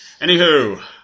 Anywho